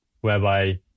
whereby